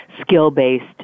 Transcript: skill-based